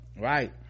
Right